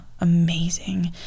amazing